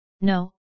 No